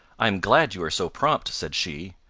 i am glad you are so prompt, said she.